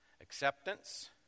acceptance